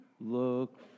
Look